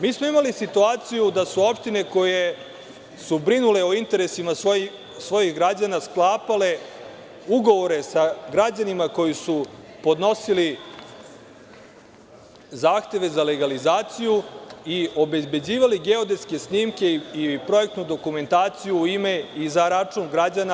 Mi smo imali situaciju da su opštine koje su brinule o interesima svojih građana sklapale ugovore sa građanima koji su podnosili zahteve za legalizaciju i obezbeđivale geodetske snimke i projektnu dokumentaciju u ime i za račun građana.